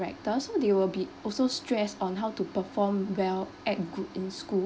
character so they will be also stressed on how to perform well act good in school